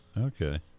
Okay